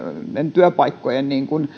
työpaikkojen